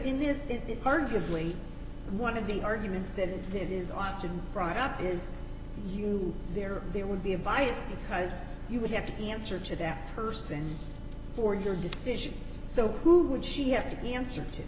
perfectly one of the arguments that it is often brought up is you there or there would be a biased because you would have to answer to that person for your decision so who would she have to answer to